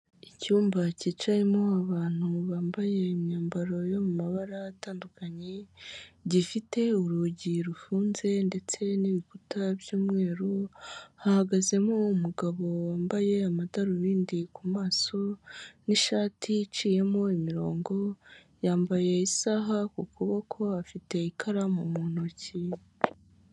Icyumba cyicayemo abantu bambaye imyambaro yo mu mabara atandukanye gifite urugi rufunze ndetse n'ibikuta by'umweru, hahagazemo umugabo wambaye amadarubindi ku maso n'ishati yiciyemo imirongo, yambaye isaha ku kuboko afite ikaramu mu ntoki.